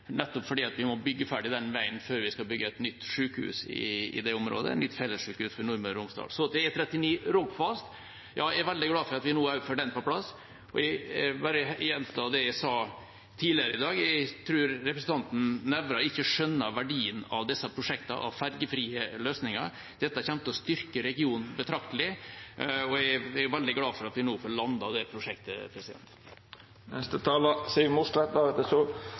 i det området. Så til E39 Rogfast: Jeg er veldig glad for at vi nå får den på plass også. Jeg vil bare gjenta det jeg sa tidligere i dag: Jeg tror representanten Nævra ikke skjønner verdien av disse prosjektene og av fergefrie løsninger. Dette kommer til å styrke regionen betraktelig, og jeg er veldig glad for at vi nå får landet det prosjektet. Representanten Siv Mossleth